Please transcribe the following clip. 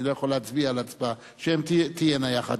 אני לא יכול להצביע על הצעה, שהן תהיינה יחד.